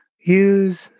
use